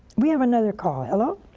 we have another call. hello?